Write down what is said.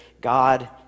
God